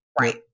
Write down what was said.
right